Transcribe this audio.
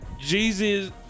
Jesus